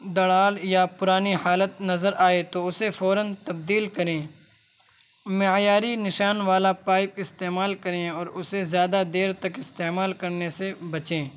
دڑال یا پرانی حالت نظر آئے تو اسے فوراً تبدیل کریں معیاری نشان والا پائپ استعمال کریں اور اسے زیادہ دیر تک استعمال کرنے سے بچیں